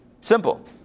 Simple